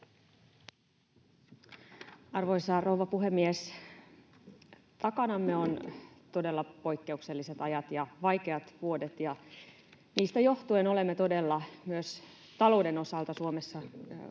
Arvoisa rouva puhemies! Takanamme ovat todella poikkeukselliset ajat ja vaikeat vuodet, ja niistä johtuen olemme todella myös talouden osalta Suomessa hankalassa,